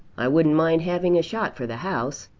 i wouldn't mind having a shot for the house.